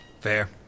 Fair